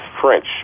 French